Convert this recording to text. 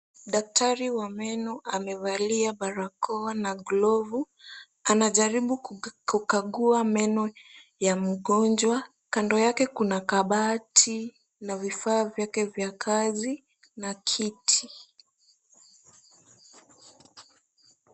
Daktari wa meno amevalia barakoa na glovu anajaribu kukagua meno ya mgonjwa. Kando yake kuna kabati na vifaa vyake vya kazi na kiti.